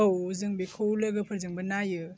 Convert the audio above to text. औ जों बेखौ लोगोफोरजोंबो नायो